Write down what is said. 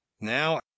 Now